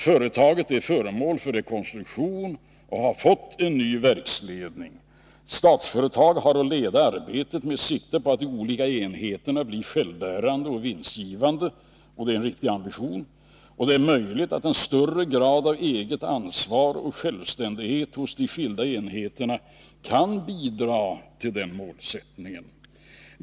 Företaget är föremål för rekonstruktion och har fått en ny verksledning. Statsföretag har att leda arbetet med sikte på att de olika enheterna blir självbärande och vinstgivande. Det är en riktig ambition, och det är möjligt att en större grad av eget ansvar och självständighet hos de skilda enheterna kan bidra till den målsättningen.